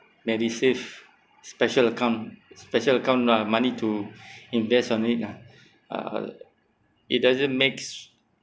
MediSave special account special account uh money to invest on it lah uh it doesn't makes